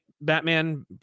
batman